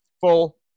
full